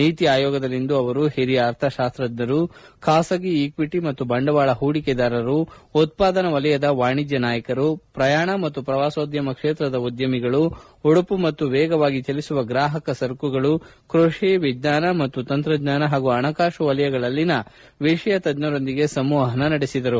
ನೀತಿ ಆಯೋಗದಲ್ಲಿಂದು ಅವರು ಹಿರಿಯ ಅರ್ಥತಾಸ್ತಜ್ಞರು ಖಾಸಗಿ ಈಕ್ಷಿಟ ಮತ್ತು ಬಂಡವಾಳ ಹೂಡಿಕೆದಾರರು ಉತ್ವಾದನಾ ವಲಯದ ವಾಣಿಜ್ಞ ನಾಯಕರು ಪ್ರಯಾಣ ಮತ್ತು ಪ್ರವಾಸೋದ್ಯಮ ಕ್ಷೇತ್ರದ ಉದ್ಯಮಿಗಳು ಉಡುಪು ಮತ್ತು ವೇಗವಾಗಿ ಚಲಿಸುವ ಗ್ರಾಹಕ ಸರಕುಗಳು ಕೃಷಿ ವಿಜ್ಞಾನ ಮತ್ತು ತಂತ್ರಜ್ಞಾನ ಹಾಗೂ ಹಣಕಾಸು ಕ್ಷೇತ್ರಗಳಲ್ಲಿ ವಿಷಯ ತಜ್ಞರೊಂದಿಗೆ ಸಂವಹನ ನಡೆಸುತ್ತಿದ್ದರು